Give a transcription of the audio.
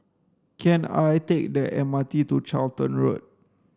can I take the M R T to Charlton Road